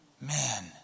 Man